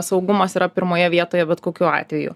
saugumas yra pirmoje vietoje bet kokiu atveju